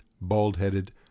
bald-headed